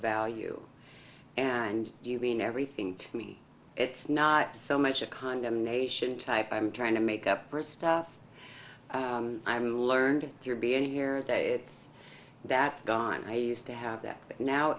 value and you mean everything to me it's not so much a condemnation type i'm trying to make up for stuff i'm learned through being here it's that guy i used to have that